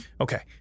Okay